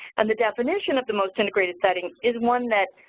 and the definition of the most integrated setting is one that,